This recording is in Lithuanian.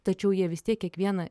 tačiau jie vis tiek kiekvieną